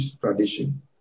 tradition